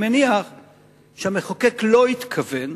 אני מניח שהמחוקק לא התכוון